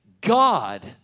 God